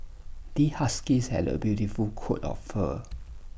this husky has A beautiful coat of fur